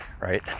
right